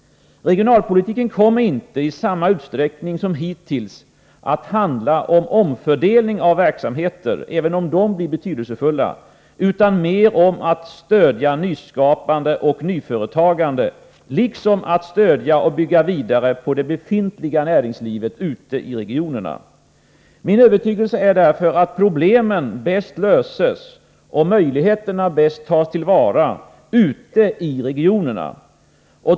Regionalpolitiken kommer inte i samma utsträckning som hittills att handla om omfördelning av verksamheter, även om den blir betydelsefull, utan mer om att stödja nyskapande och nyföretagande liksom att stödja och bygga vidare på det befintliga näringslivet ute i regionerna. Min övertygelse är därför att problemen bäst löses och möjligheterna bäst tas till vara ute i regionerna.